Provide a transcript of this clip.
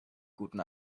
guten